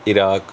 Iraq